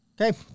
Okay